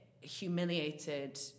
humiliated